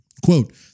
Quote